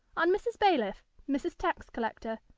on mrs. bailiff, mrs. tax-collector,